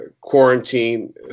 quarantine